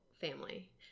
family